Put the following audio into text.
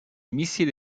missili